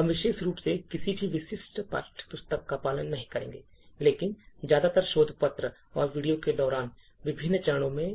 हम विशेष रूप से किसी भी विशिष्ट पाठ्यपुस्तक का पालन नहीं करेंगे लेकिन ज्यादातर शोध पत्र और वीडियो के दौरान विभिन्न चरणों में